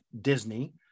Disney